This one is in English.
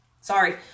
Sorry